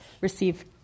receive